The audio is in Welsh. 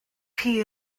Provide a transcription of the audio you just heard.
chi